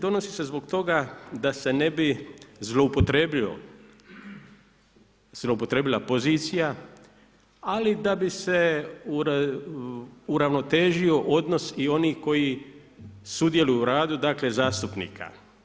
Donosi se zbog toga da se ne bi zloupotrijebila pozicija ali da bi se uravnotežio odnos i onih koji sudjeluju u radu dakle zastupnika.